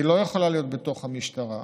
היא לא יכולה להיות בתוך המשטרה,